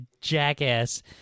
jackass